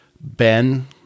Ben